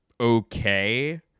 okay